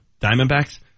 Diamondbacks